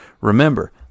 Remember